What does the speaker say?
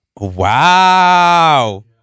Wow